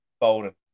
Bolden